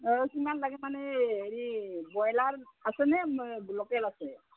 অঁ কিমান লাগে মানে হেৰি ব্ৰইলাৰ আছেনে লোকেল আছে